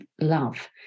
love